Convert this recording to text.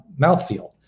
mouthfeel